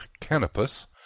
Canopus